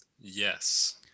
yes